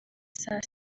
saa